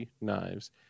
Knives